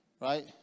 Right